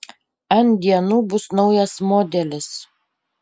ant dienų bus naujas modelis